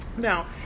Now